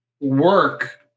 work